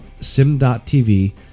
sim.tv